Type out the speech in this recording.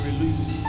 Release